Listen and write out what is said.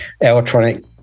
electronic